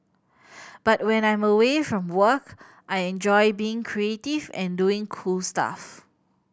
but when I'm away from work I enjoy being creative and doing cool stuff